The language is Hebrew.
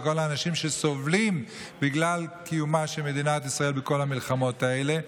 ולכל האנשים שסובלים בגלל קיומה של מדינת ישראל בכל המלחמות האלה.